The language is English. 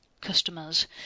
customers